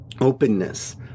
openness